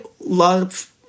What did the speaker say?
love